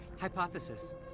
Hypothesis